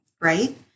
right